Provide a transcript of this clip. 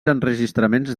enregistraments